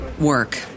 work